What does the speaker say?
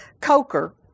Coker